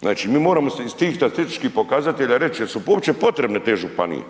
Znači mi moramo iz tih statističkih pokazatelja reći jesu uopće potrebne te županije.